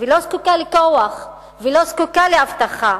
ולא זקוקה לכוח ולא זקוקה אבטחה,